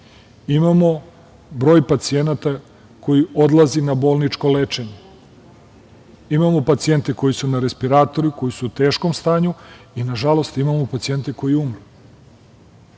Imamo broj pacijenata koji odlazi na bolničko lečenje. Imamo pacijente koji su na respiratoru, koji su u teškom stanju i nažalost imamo pacijente koji umru.